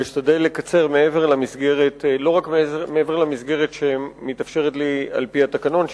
ואשתדל לקצר לא רק מעבר למסגרת שמתאפשרת לי על-פי התקנון,